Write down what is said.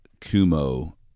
Kumo